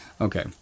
Okay